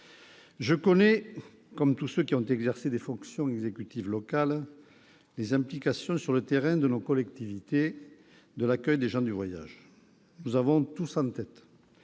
Je connais, comme tous ceux qui ont exercé des fonctions exécutives locales, les implications sur le terrain, dans nos collectivités, de l'accueil des gens du voyage. Nous avons tous en tête